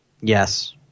Yes